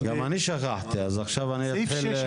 סעיף 6,